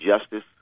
justice